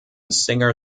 singer